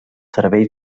serveis